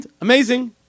Amazing